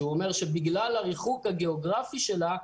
שאומר שבגלל הריחוק הגיאוגרפי שלה,